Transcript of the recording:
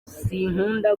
sinkunda